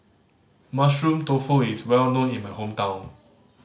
Mushroom Tofu is well known in my hometown